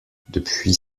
depuis